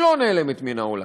היא לא נעלמת מן העולם,